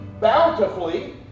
bountifully